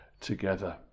together